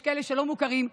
יש כאלה שלא מוכרים,